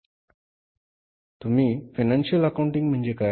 आणि तुम्ही financial accounting म्हणजे काय